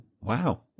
Wow